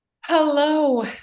Hello